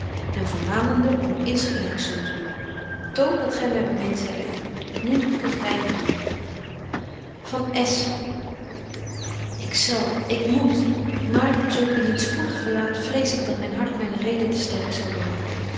burgerhart insgelyks zo te doen toon dat gy my bemint zeide ik nu kunt gy het doen van s ik zal ik moet maar zo ik u niet spoedig verlaat vrees ik dat myn hart myne reden te sterk zal worden